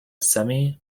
semi